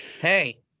hey